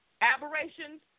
Aberrations